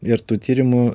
ir tų tyrimų